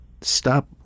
Stop